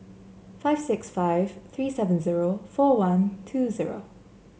five six five three seven zero four one two zero